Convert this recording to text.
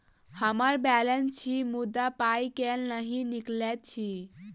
हम्मर बैलेंस अछि मुदा पाई केल नहि निकलैत अछि?